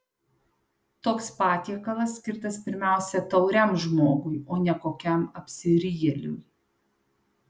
toks patiekalas skirtas pirmiausia tauriam žmogui o ne kokiam apsirijėliui